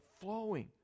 flowing